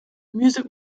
music